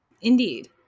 indeed